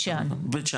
בית שאן.